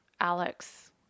Alex